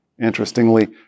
Interestingly